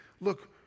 look